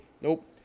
Nope